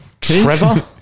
Trevor